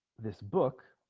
this book